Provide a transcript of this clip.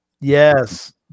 Yes